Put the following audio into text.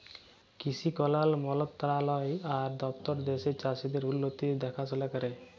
কিসি কল্যাল মলতরালায় আর দপ্তর দ্যাশের চাষীদের উল্লতির দেখাশোলা ক্যরে